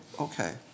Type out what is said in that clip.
Okay